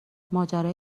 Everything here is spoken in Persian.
ماجرای